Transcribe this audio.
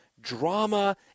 drama